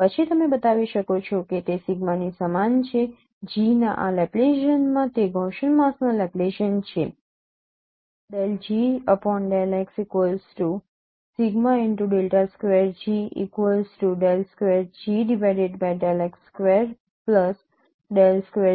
પછી તમે બતાવી શકો છો કે તે સિગ્માની સમાન છે G ના આ લેપ્લેશિયનમાં તે ગૌસિયન માસ્કના લેપ્લેસિયન છે